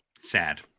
sad